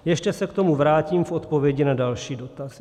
Ještě se k tomu vrátím v odpovědi na další dotazy.